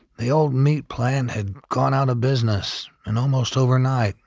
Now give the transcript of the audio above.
the old meat plant had gone out of business, and almost overnight,